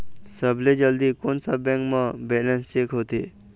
सबसे जल्दी कोन सा बैंक म बैलेंस चेक होथे?